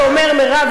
שאומר: מירב,